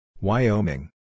Wyoming